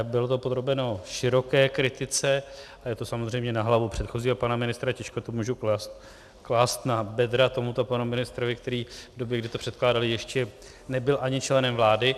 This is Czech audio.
Bylo to podrobeno široké kritice, ale to samozřejmě na hlavu předchozího pana ministra, těžko to můžu klást na bedra tomuto panu ministrovi, který v době, kdy to předkládali, ještě nebyl ani členem vlády.